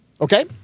Okay